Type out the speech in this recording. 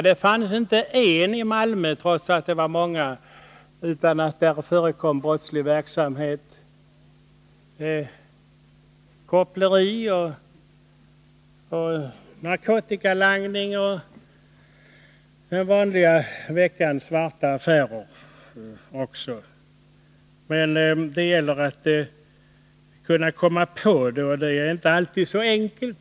Det fanns många sexklubbar i Malmö, men inte en enda där det inte förekom brottslig verksamhet. Koppleri och narkotikalangning hör till den vanliga veckans svarta affärer. Det gäller bara att komma på att sådan verksamhet förekommer. Det är emellertid inte alltid så enkelt.